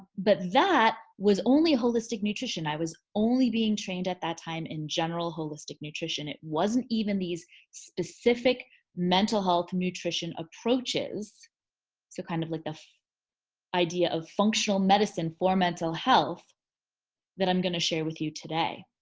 but that was only holistic nutrition. i was only being trained at that time in general holistic nutrition. it wasn't even these specific mental health nutrition approaches so kind of like the idea of functional medicine for mental health that i'm gonna share with you today.